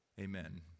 amen